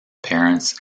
parents